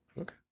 Okay